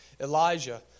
Elijah